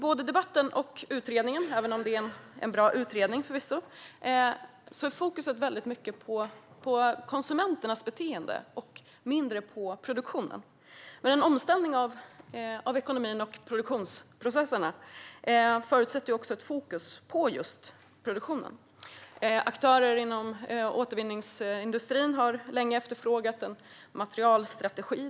Både i debatten och i utredningen, även om det förvisso är en bra utredning, är fokus mycket på konsumenternas beteende och mindre på produktionen. Men en omställning av ekonomin och produktionsprocesserna förutsätter ett fokus på just produktionen. Aktörer inom återvinningsindustrin har länge efterfrågat en materialstrategi.